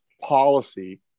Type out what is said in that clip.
policy